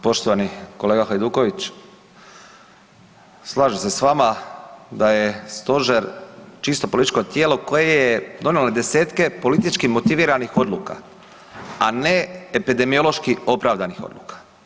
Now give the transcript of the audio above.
Poštovani kolega Hajduković, slažem se s vama da je stožer čisto političko tijelo koje je donijelo desetke političkih motiviranih odluka a ne epidemiološki opravdanih odluka.